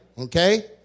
okay